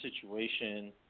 situation –